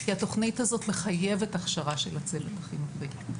כי התוכנית הזאת מחייבת הכשרה של הצוות החינוכית.